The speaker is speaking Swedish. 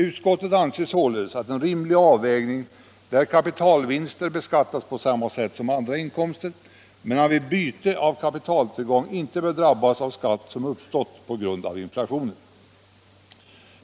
Utskottet anser således att det är en rimlig avvägning när kapitalvinster beskattas på samma sätt som andra inkomster men att man vid byte av kapitaltillgång inte bör drabbas av skatt som uppstått på grund av inflationen.